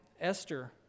Esther